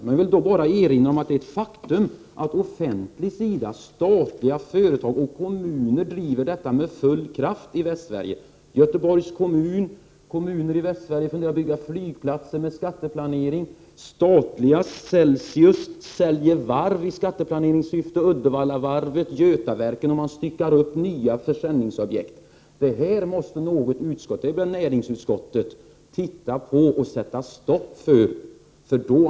Jag vill då bara erinra om att det är ett faktum att den offentliga sidan — statliga företag och kommuner — driver skatteplanering med full kraft i Västsverige. Göteborgs kommun och andra kommuner i Västsverige funderar på att bygga flygplatser med skatteplanering. Statliga Celsius säljer varv i skatteplaneringssyfte — Uddevallavarvet, Götaverken — och man styckar upp nya försäljningsobjekt. Detta måste något utskott — det blir väl näringsutskottet — se på och sätta stopp för.